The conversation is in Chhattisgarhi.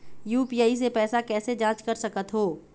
यू.पी.आई से पैसा कैसे जाँच कर सकत हो?